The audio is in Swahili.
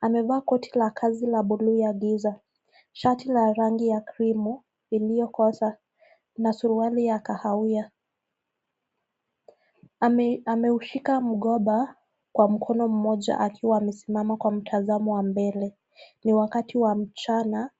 amevaa koti la kazi la buluu ya giza, shati la rangi ya krimu iliyokoza na suruali ya kahawia. Ameushika mgomba kwa mkono mmoja akiwa amesimama kwa mtazamo wa mbele. Ni wakati wa mchana.